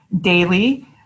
daily